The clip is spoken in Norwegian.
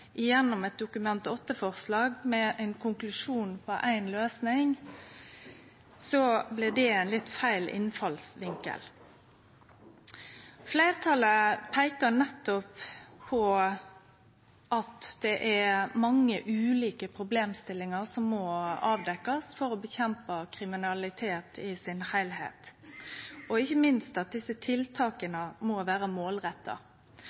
gjennom eit Dokument 8-forslag som konkluderer med éi løysing, ein feil innfallsvinkel. Fleirtalet peikar på at det er mange ulike problemstillingar som må avdekkjast for å motarbeide kriminalitet i sin heilskap. Ikkje minst må desse tiltaka vere målretta. Det gjeld òg i aller høgste grad tiltak knytte til IP-adresser. Vi meiner at